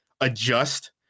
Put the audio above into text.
adjust